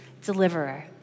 deliverer